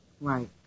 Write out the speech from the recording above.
right